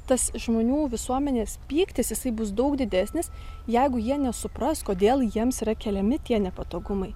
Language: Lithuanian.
tas žmonių visuomenės pyktis jisai bus daug didesnis jeigu jie nesupras kodėl jiems yra keliami tie nepatogumai